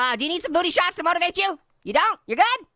um do you need some booty shots to motivate you? you don't, you're good?